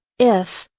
if,